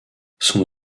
son